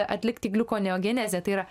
atlikti gliukoneogenezę tai yra